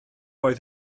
oedd